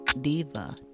Diva